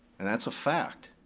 and that's a fact.